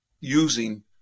using